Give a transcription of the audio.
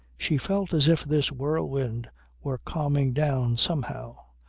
she felt as if this whirlwind were calming down somehow!